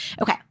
Okay